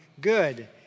good